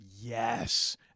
Yes